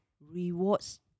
rewards